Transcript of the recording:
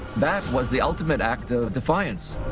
that was the ultimate act of defiance.